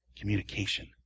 communication